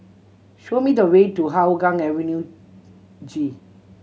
show me the way to Hougang Avenue G